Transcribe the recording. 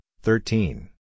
thirteen